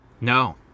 No